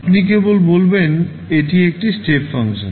আপনি কেবল বলবেন এটি একটি স্টেপ ফাংশন